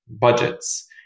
budgets